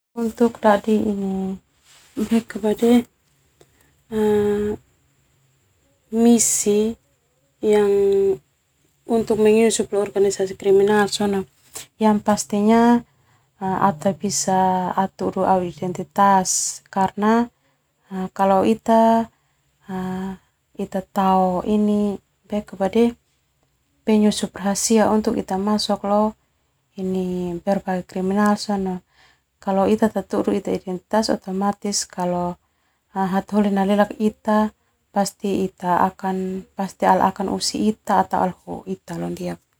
misi yang untuk menyusup organisasi kriminal au tabisa atudu au identitas karna kalo ita tao penyusup harasia sona ita harus tafuni ita identitas.